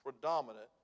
predominant